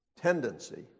tendency